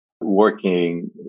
working